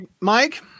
Mike